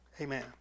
amen